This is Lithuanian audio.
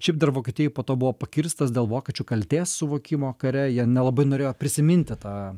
šiaip dar vokietijoj po to buvo pakirstas dėl vokiečių kaltės suvokimo kare jie nelabai norėjo prisiminti tą